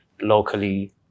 locally